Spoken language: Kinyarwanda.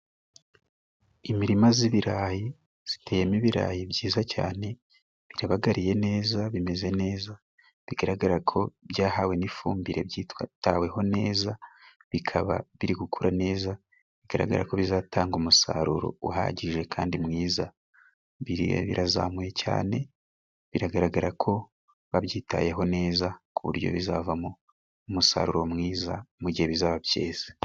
Imirima z'ibirayi ziteyemo ibirayi byiza cyane, birabagariye neza, bimeze neza bigaragara ko byahawe n'ifumbire byitaweho neza, bikaba biri gukura neza bigaragara ko bizatanga umusaruro uhagije kandi mwiza. Biriya birazamuye cyane biragaragara ko babyitayeho neza ku buryo bizavamo umusaruro mwiza mu gihe bizaba byeze.